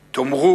"תאמרו,